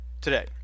today